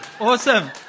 awesome